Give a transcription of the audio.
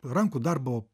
rankų darbo